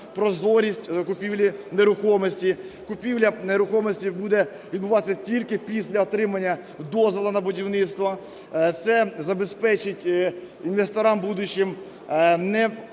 прозорість закупівлі нерухомості. Купівля нерухомості буде відбуватися тільки після отримання дозволу на будівництво. Це забезпечить інвесторам будущим не